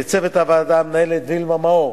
לצוות הוועדה: המנהלת וילמה מאור,